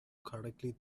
correctly